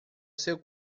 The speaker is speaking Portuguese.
seu